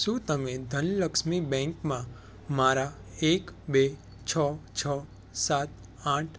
શું તમે ધનલક્ષ્મી બેંક માં મારા એક બે છ છ સાત આઠ